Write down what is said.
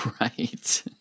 Right